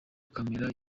camera